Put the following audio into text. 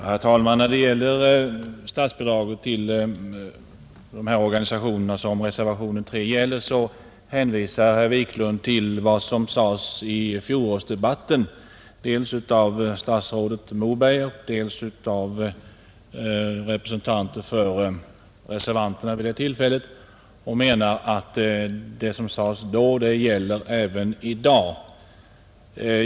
Herr talman! När det gäller statsbidrag till de organisationer som nämns i reservationen 3 hänvisar herr Wiklund i Härnösand till vad som sades i fjolårsdebatten dels av statsrådet, dels av representanter för reservanterna vid det tillfället och menar att detta gäller även i dag.